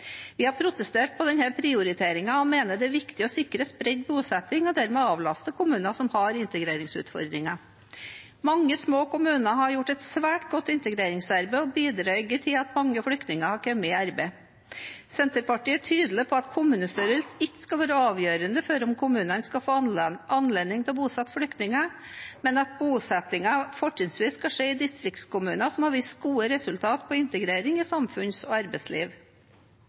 Vi har protestert på denne prioriteringen og mener det er viktig å sikre spredt bosetting og dermed avlaste kommuner som har integreringsutfordringer. Mange små kommuner har gjort et svært godt integreringsarbeid og bidratt til at mange flyktninger har kommet i arbeid. Senterpartiet er tydelig på at kommunestørrelse ikke skal være avgjørende for om kommunene skal få anledning til å bosette flyktninger, men at bosettingen fortrinnsvis skal skje i distriktskommuner som har vist gode resultat på integrering i samfunns- og arbeidsliv.